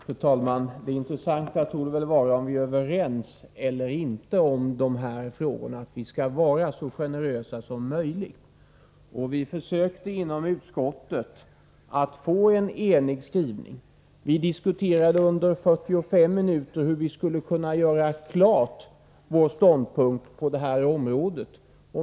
Fru talman! Det intressanta torde väl vara om vi är överens eller inte i de här frågorna, som gäller att vi skall vara så generösa som möjligt. Vi försökte inom utskottet få en enig skrivning. Vi diskuterade under 45 minuter hur vi skulle kunna klargöra vår ståndpunkt på det här området.